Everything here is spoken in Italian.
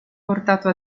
portato